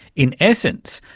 in essence,